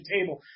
table